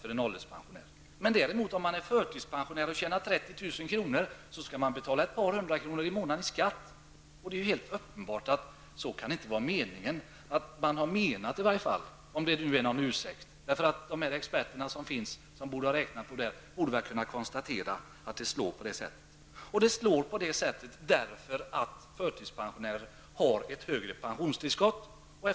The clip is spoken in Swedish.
Om han eller hon däremot är förtidspensionär och tjänar 30 000 kr. så får man betala ett par hundra kronor i skatt per månad. Helt uppenbart kan det inte ha varit tänkt så, om nu det är någon ursäkt. De experter som har räknat ut följderna av skatteomläggningen borde ha insett att det slår på detta sätt. Det gör det därför att förtidspensionärer har ett högre pensionstillskott.